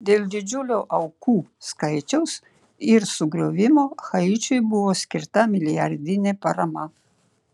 dėl didžiulio aukų skaičiaus ir sugriovimų haičiui buvo skirta milijardinė parama